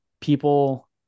people